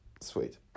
sweet